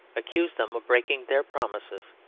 accuse them of breaking their promises.